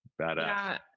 badass